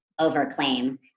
overclaim